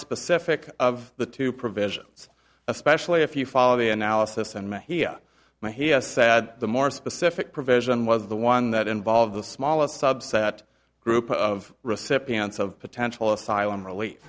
specific of the two provisions especially if you follow the analysis and he might he said the more specific provision was the one that involved the smallest subset group of recipients of potential asylum rel